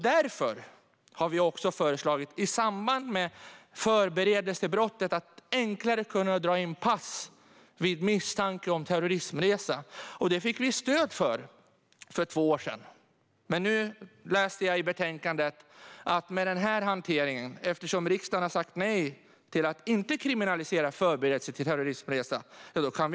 Därför har vi också, i samband med förberedelsebrottet, föreslagit att man enklare ska kunna dra in pass vid misstanke om terrorismresa. Detta fick vi stöd för för två år sedan, men nu läste jag i betänkandet att vi med denna hantering inte kan dra in passet tidigare, eftersom riksdagen har sagt nej till att kriminalisera förberedelse till terrorismresor.